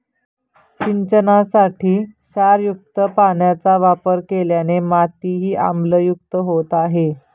सिंचनासाठी क्षारयुक्त पाण्याचा वापर केल्याने मातीही आम्लयुक्त होत आहे